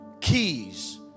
keys